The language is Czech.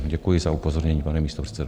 Děkuji za upozornění, pane místopředsedo.